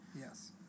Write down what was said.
Yes